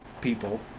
people